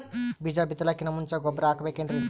ಬೀಜ ಬಿತಲಾಕಿನ್ ಮುಂಚ ಗೊಬ್ಬರ ಹಾಕಬೇಕ್ ಏನ್ರೀ?